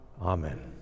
Amen